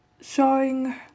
showing